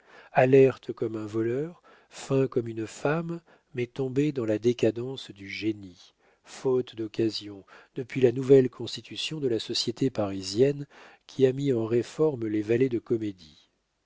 alerte comme un voleur fin comme une femme mais tombé dans la décadence du génie faute d'occasions depuis la nouvelle constitution de la société parisienne qui a mis en réforme les valets de comédie